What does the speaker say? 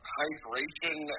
hydration